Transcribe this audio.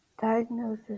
diagnosis